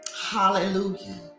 Hallelujah